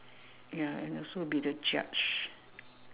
ya and also be the judge